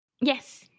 Yes